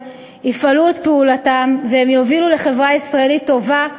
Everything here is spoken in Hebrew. יפעלו את פעולתם ויובילו לחברה ישראלית טובה,